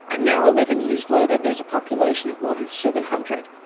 and now, eleven years later, there is a population of more than seven hundred.